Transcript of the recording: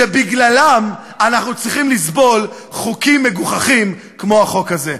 שבגללם אנחנו צריכים לסבול חוקים מגוחכים כמו החוק הזה.